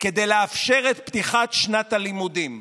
כדי לאפשר את פתיחת שנת הלימודים,